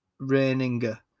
Reininger